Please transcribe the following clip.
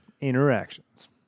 interactions